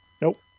Nope